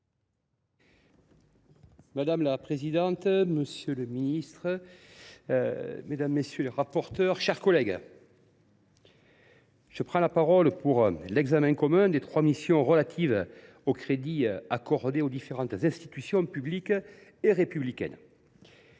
Madame la présidente, monsieur le ministre, mes chers collègues, je prends la parole pour l’examen commun des trois missions relatives aux crédits accordés à différentes institutions publiques et républicaines.